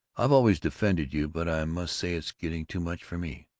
i've always defended you, but i must say it's getting too much for me.